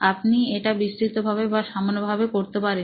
আপনি এটা বিস্তৃতভাবে বা সামান্য ভাবে করতে পারেন